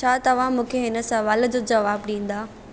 छा तव्हां मूंखे हिन सवाल जो जवाबु ॾींदा